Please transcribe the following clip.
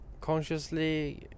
consciously